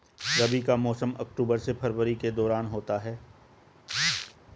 रबी का मौसम अक्टूबर से फरवरी के दौरान होता है